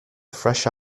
fresh